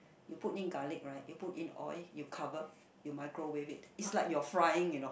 you put in garlic right you put in oil you cover you microwave it it's like you are frying you know